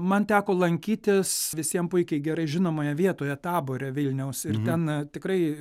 man teko lankytis visiem puikiai gerai žinomoje vietoje tabore vilniaus ir ten tikrai